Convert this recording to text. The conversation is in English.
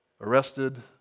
arrested